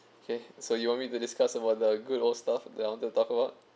okay so you want me to discuss about the good old stuff that I wanted to talk about